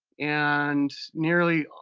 and nearly